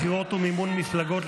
בחירות ומימון מפלגות,